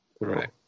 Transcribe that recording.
Right